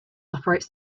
operates